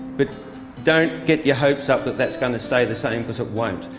but don't get your hopes up that that's gonna stay the same cause it won't.